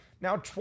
Now